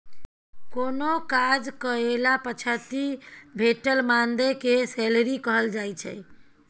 कोनो काज कएला पछाति भेटल मानदेय केँ सैलरी कहल जाइ छै